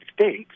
states